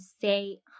say